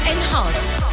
Enhanced